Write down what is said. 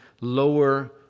lower